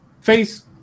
face